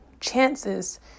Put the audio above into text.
chances